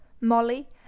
Molly